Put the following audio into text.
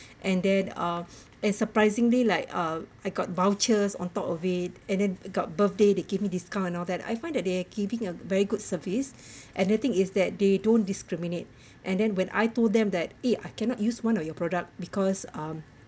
and then uh and surprisingly like uh I got vouchers on top of it and then got birthday they give me discount and all that I find that they are giving a very good service another thing is that they don't discriminate and then when I told them that eh I cannot use one of your product because um